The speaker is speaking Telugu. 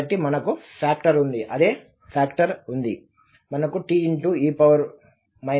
కాబట్టి మనకు ఫాక్టర్ ఉంది అదే ఫాక్టర్ ఉంది మనకు te at te at